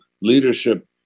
leadership